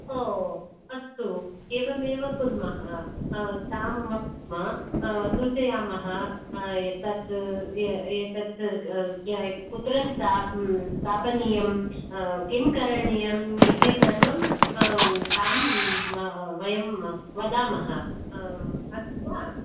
ओ अस्तु एवमेव कुर्मः तां वयं सूचयामः एतद् एतद् कुत्र स्था स्थापनीयं किं करणीयम् इति सर्वं तां वयं वदामः अस्तु वा